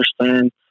understand